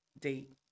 date